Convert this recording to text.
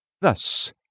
Thus